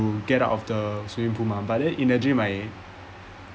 to get out of the swimming pool mah but then in a dream like